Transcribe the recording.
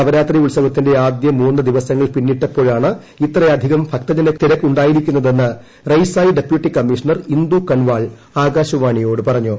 നവരാത്രി ഉത്സവത്തിന്റെ ആദ്യ മൂന്ന് ദിവസങ്ങൾ പിന്നിട്ടപ്പോഴാണ് ഇത്രയധികഠ ഭക്ത ജനത്തിരക്കുണ്ടായിരിക്കുന്നതെന്ന് റയ്സായ് ഡെപ്യൂട്ടി കമ്മീഷണർ ഇന്ദു കൻവാൾ ആകാശവാണിയോട് പറഞ്ഞു